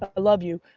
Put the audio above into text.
ah love you.